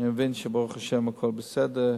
ואני מבין שברוך השם הכול בסדר.